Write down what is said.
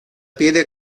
piedra